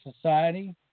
society